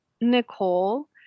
Nicole